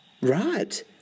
right